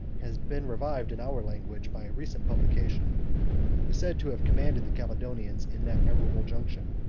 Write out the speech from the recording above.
has been revived in our language by a recent publication, is said to have commanded the caledonians in that memorable juncture,